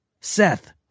Seth